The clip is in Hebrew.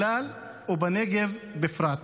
בכלל, ובנגב בפרט.